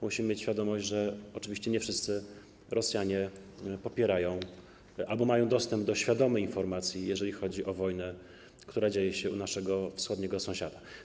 Musimy mieć świadomość, że oczywiście nie wszyscy Rosjanie popierają wojnę albo mają dostęp do rzetelnej informacji, jeżeli chodzi o to, co dzieje się u naszego wschodniego sąsiada.